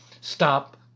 Stop